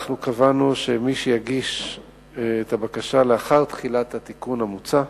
אנחנו קבענו שמי שיגיש את הבקשה לאחר תחילת התיקון המוצע,